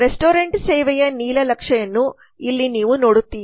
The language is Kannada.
ರೆಸ್ಟೋರೆಂಟ್ ಸೇವೆಯ ನೀಲನಕ್ಷೆಯನ್ನು ಇಲ್ಲಿ ನೀವು ನೋಡುತ್ತೀರಿ